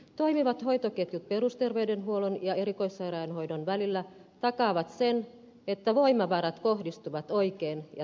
toimivat hoitoketjut perusterveydenhuollon ja erikoissairaanhoidon välillä takaavat sen että voimavarat kohdistuvat oikein ja tehokkaasti